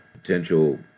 potential